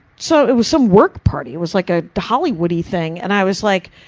so it was some work party. it was like a hollywood-y thing. and i was like,